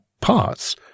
parts